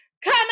Come